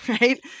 right